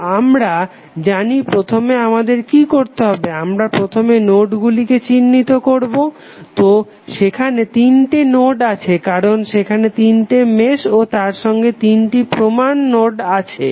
তো আমরা জানি প্রথমে আমাদের কি করতে হবে আমরা প্রথমে নোডগুলিকে চিহ্নিত করবো তো সেখানে তিনটি নোড আছে কারণ সেখানে তিনটি মেশ ও তারসঙ্গে একটি প্রমান নোড আছে